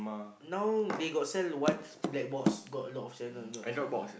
now they got sell one black box got a lot of sand one not inside